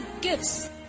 Gifts